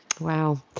Wow